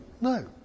No